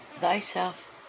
thyself